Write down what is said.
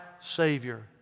Savior